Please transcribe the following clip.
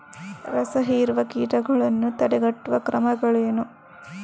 ರಸಹೀರುವ ಕೀಟಗಳನ್ನು ತಡೆಗಟ್ಟುವ ಕ್ರಮಗಳೇನು?